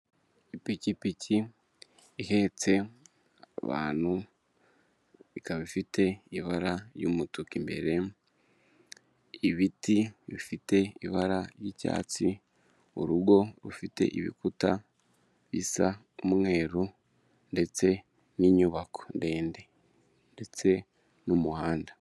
Ipikipiki ihetse abantu ikaba ifite ibara ry'umutuku imbere, ibiti bifite ibara ry'icyatsi, urugo rufite ibikuta bisa umweru ndetse n'inyubako ndende, ndetse n'umuhanda.